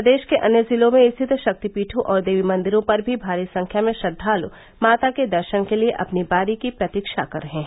प्रदेश के अन्य जिलों में स्थित शक्तिपीठों और देवी मंदिरों पर भी भारी संख्या में श्रद्वालु माता के दर्शन के लिए अपनी बारी की प्रतीक्षा कर रहे हैं